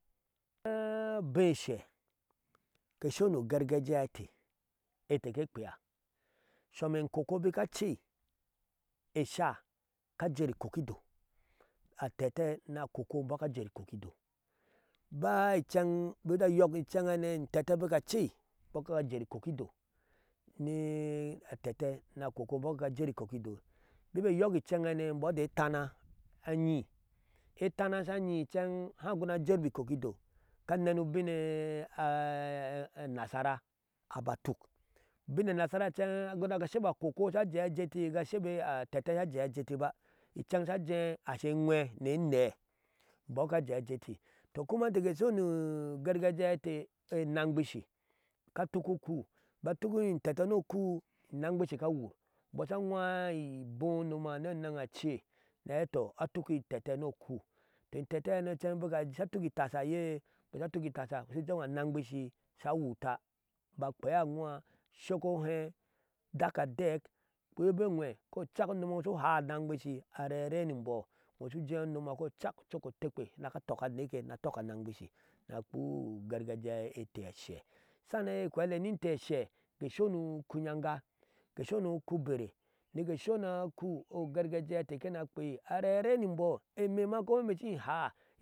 ni obee ashe ke sho ni ogarjiya e ninte ete ke kpea some enkko bikacei esha ka ajer iko kido, aba incen bik je ayɔk incen hanei intete bik acei imbɔɔ kika ajer ikokido ni atete ni akoko imbɔɔ kika ajɛr ikokidoi bik ba eyɔk incaŋhanei imbɔɔ eti etana anyi etana sha nyi incɛd haa aguna ajerbɔ ikokido ubin anasara aba atuk ubin onasara incen aguna ga shebɔɔ akoko sha jea ajeti ga shebɔɔ atete sha jea ajeti ba incen she jee asho angwee ni enee imbɔɔ ka ajee ajeti tɔ kuma inte ke sho ni ugargajiya ete enangbishi ka tuk uku bika tuk intete ni ukuu inangbishi ka wur imbɔɔ sha nwaa iboo unomba ni enan acei ni ahee eti tɔ atuk itete ni uku. tɔ intetehanoi incɛŋ bike sha tuk itasha eiyee, bik sha tuk itasha shu ujeedo anangbishi sha wuta aba akpea ebeonwee kocak umongwe iŋo shu uhaa anangbishi areere ni imbɔɔ ino shu jee unom ma cok otekpe sha atok aneke ni atok anangbishi ni akpea ugargajiya ete ashe ke sho ni ukuyanga ke sho ni ukubere ni ke she ni akuu ogargajiya ete kina kpei areare in imbɔɔ imee ma ko imee shin haa.